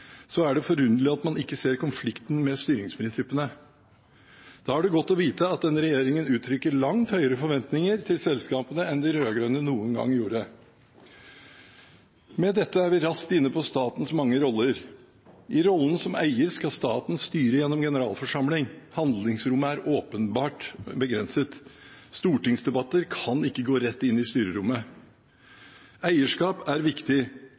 er det forunderlig at man ikke ser konflikten med styringsprinsippene. Da er det godt å vite at denne regjeringen uttrykker langt høyere forventninger til selskapene enn de rød-grønne noen gang gjorde. Med dette er vi raskt inne på statens mange roller. I rollen som eier skal staten styre gjennom generalforsamling. Handlingsrommet er åpenbart begrenset. Stortingsdebatter kan ikke gå rett inn i styrerommet. Eierskap er viktig.